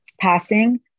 passing